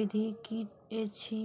विधि की ऐछि?